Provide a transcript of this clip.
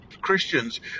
Christians